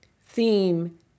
theme